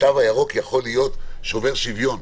התו הירוק יכול להיות שובר שוויון.